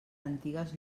antigues